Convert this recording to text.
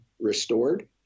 restored